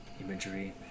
imagery